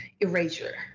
erasure